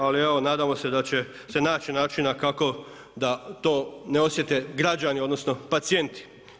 Ali evo nadamo se da će se naći način kako da to ne osjete građani, odnosno pacijenti.